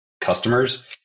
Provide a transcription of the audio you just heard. customers